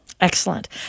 Excellent